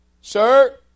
Sir